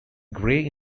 grey